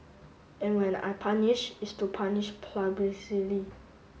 and when I punish it's to punish